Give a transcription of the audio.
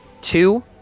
Two